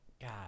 God